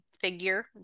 figure